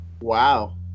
Wow